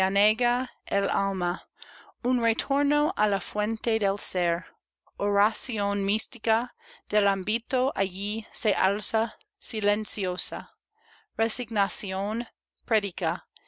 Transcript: anega el alma un retorno á la fuente del ser oración mística del ámbito allí se alza silenciosa resignación